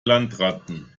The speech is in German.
landratten